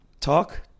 talk